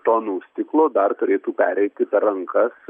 tonų stiklo dar turėtų pereiti per rankas